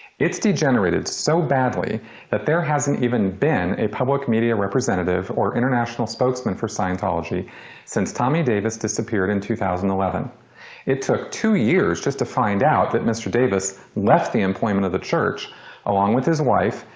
it's degenerated so badly that there hasn't even been a public media representative or international spokesman for scientology since tommy davis disappeared in two thousand and eleven it took two years just to find out that mr. davis left the employment of the church along with his wife,